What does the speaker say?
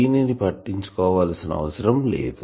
దీనిని పట్టించుకోవలసిన అవసరం లేదు